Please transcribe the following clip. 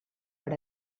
per